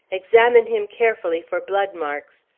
examine him carefully for blood marks.